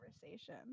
conversation